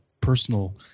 personal